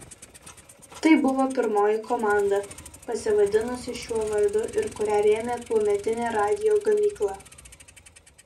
tai buvo pirmoji komanda pasivadinusi šiuo vardu ir kurią rėmė tuometinė radijo gamykla